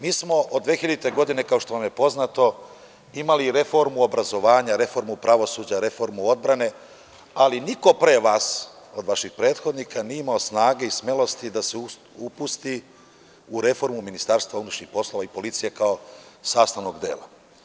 Mi smo od 2000. godine, kao što vam je poznato, imali reformu obrazovanja, reformu pravosuđa, reformu odbrane, ali niko pre vas od vaših prethodnika nije imao snage i smelosti da se upusti u reformu MUP-a i policije kao sastavnog dela.